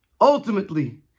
ultimately